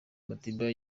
madiba